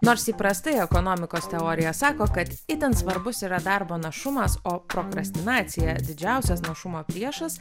nors įprastai ekonomikos teorija sako kad itin svarbus yra darbo našumas o prokrastinacija didžiausias našumo priešas